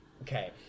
okay